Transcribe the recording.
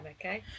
okay